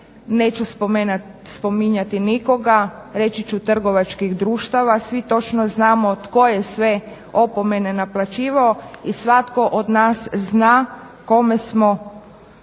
Neću spominjat nikoga, reći ću trgovačkih društava, svi točno znamo tko je sve opomene naplaćivao i svatko od nas zna kome smo